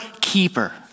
keeper